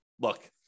look